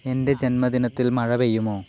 എൻ്റെ ജന്മദിനത്തിൽ മഴ പെയ്യുമോ